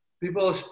people